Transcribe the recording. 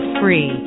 free